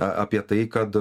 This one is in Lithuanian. apie tai kad